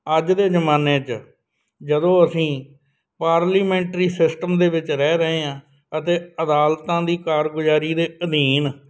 ਅੱਜ ਦੇ ਜ਼ਮਾਨੇ 'ਚ ਜਦੋਂ ਅਸੀਂ ਪਾਰਲੀਮੈਂਟਰੀ ਸਿਸਟਮ ਦੇ ਵਿੱਚ ਰਹਿ ਰਹੇ ਹਾਂ ਅਤੇ ਅਦਾਲਤਾਂ ਦੀ ਕਾਰਗੁਜ਼ਾਰੀ ਦੇ ਅਧੀਨ